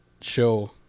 show